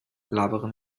labere